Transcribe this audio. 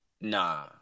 Nah